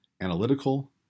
analytical